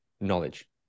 knowledge